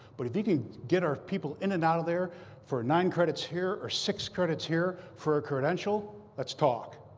but if you can get our people in and out of there for nine credits here are six credits here, for a credential, let's talk.